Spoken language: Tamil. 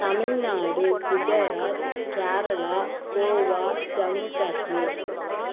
தமிழ்நாடு குஜராத் கேரளா கோவா ஜம்மு கேஷ்மீர்